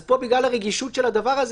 אז פה בגלל הרגישות של הדבר הזה,